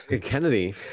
Kennedy